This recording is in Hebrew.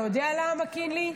אתה יודע למה, קינלי?